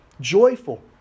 joyful